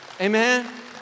Amen